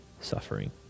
suffering